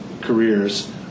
careers